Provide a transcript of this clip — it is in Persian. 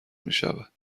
میشود